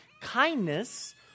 kindness